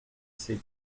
c’est